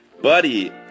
Buddy